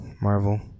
Marvel